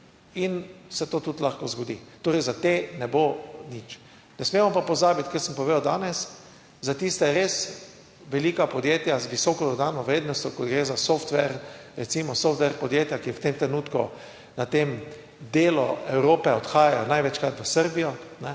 in se to tudi lahko zgodi, torej za te ne bo nič. Ne smemo pa pozabiti, kar sem povedal danes, za tista res velika podjetja z visoko dodano vrednostjo, ko gre za software, recimo software podjetja, ki v tem trenutku na tem delu Evrope odhajajo največkrat v Srbijo,